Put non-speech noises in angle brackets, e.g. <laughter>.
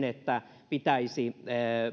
<unintelligible> että pitäisi